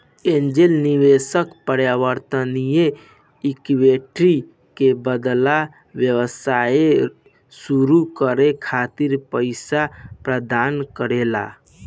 angel निवेशक परिवर्तनीय equity के बदला व्यवसाय सुरू करे खातिर पईसा प्रदान करेला